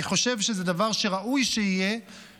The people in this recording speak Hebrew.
אני חושב שזה דבר שראוי שיהיה,